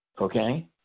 Okay